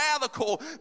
radical